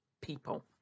people